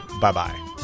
Bye-bye